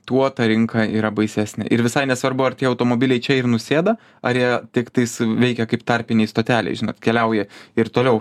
tuo ta rinka yra baisesnė ir visai nesvarbu ar tie automobiliai čia ir nusėda ar jie tiktais veikia kaip tarpinėj stotelėj keliauja ir toliau